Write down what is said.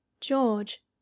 George